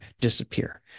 disappear